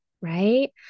right